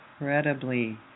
incredibly